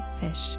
fish